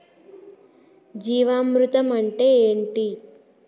జీవామృతం అంటే ఏంటి?